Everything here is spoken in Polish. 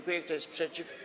Kto jest przeciw?